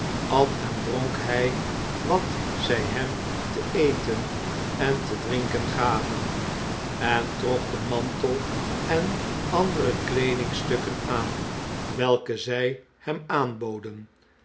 at en dronk hjj wat zg hem te eten en te drinken gaven en trok den mantel en andere kleedingstukken aan welke zg hem aanboden